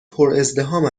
پرازدحام